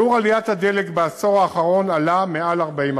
שיעור עליית הדלק בעשור האחרון הוא מעל 40%,